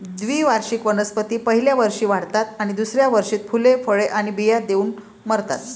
द्विवार्षिक वनस्पती पहिल्या वर्षी वाढतात आणि दुसऱ्या वर्षी फुले, फळे आणि बिया देऊन मरतात